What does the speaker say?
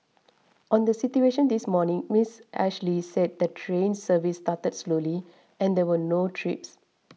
on the situation this morning Miss Ashley said the train service started slowly and there were no trips